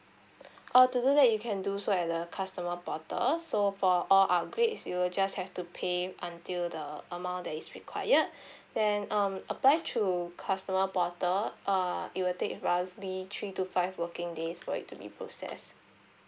or to do that you can do so at the customer portal so for all upgrades you'll just have to pay until the amount that is required then um apply through customer portal uh it will take roughly three to five working days for it to be processed